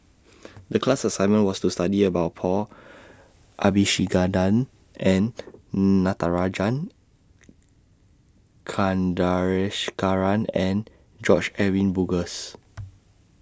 The class assignment was to study about Paul Abisheganaden Natarajan Chandrasekaran and George Edwin Bogaars